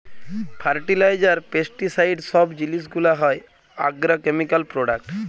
fertiliser, pesticide সব জিলিস গুলা হ্যয় আগ্রকেমিকাল প্রোডাক্ট